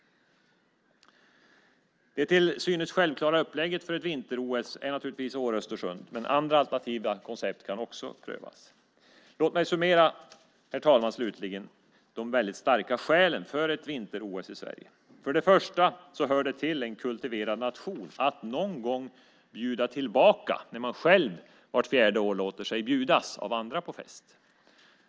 Det till synes självklara upplägget för ett vinter-OS är Åre och Östersund. Men andra alternativa koncept kan också prövas. Låt mig slutligen, herr talman, summera de starka skälen för ett vinter-OS i Sverige. För det första hör det till i en kultiverad nation att någon gång bjuda tillbaka när man själv vart fjärde år låter sig bjudas på fest av andra.